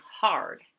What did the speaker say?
hard